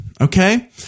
Okay